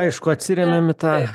aišku atsiremiam į tą